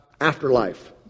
afterlife